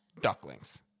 ducklings